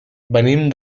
venim